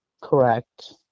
Correct